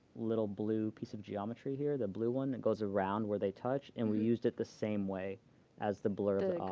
little blue piece of geometry here. the blue one that goes around where they touch, and we used it the same way as the blur